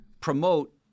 promote